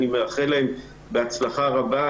אני מאחל להם בהצלחה רבה,